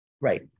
Right